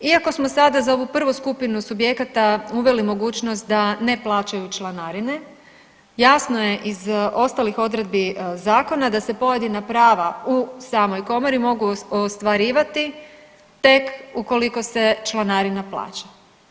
Iako smo sada za ovu prvu skupinu subjekata uveli mogućnost da ne plaćaju članarine, jasno je iz ostalih odredbi zakona da se pojedina prava u samoj komori mogu ostvarivati tek ukoliko se članarina plaća.